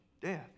Death